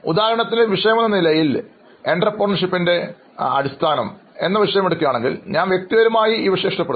ഉദാഹരണത്തിന് ഒരു വിഷയമെന്ന നിലയിൽ സംരംഭകത്വത്തിന്റെ അടിസ്ഥാനം എന്ന വിഷയം എടുക്കുകയാണെങ്കിൽ ഞാൻ വ്യക്തിപരമായി ഈ വിഷയം ഇഷ്ടപ്പെടുന്നു